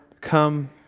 come